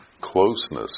closeness